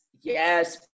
yes